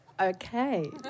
Okay